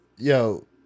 Yo